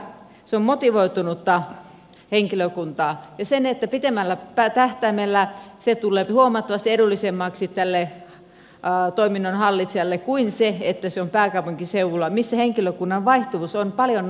se on motivoitunutta henkilökuntaa ja pitemmällä tähtäimellä se tuleepi huomattavasti edullisemmaksi tälle toiminnon hallitsijalle kuin se että se on pääkaupunkiseudulla missä henkilökunnan vaihtuvuus on paljon nopeampaa